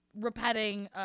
Repeating